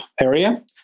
area